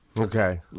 Okay